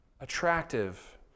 attractive